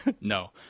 No